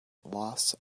loss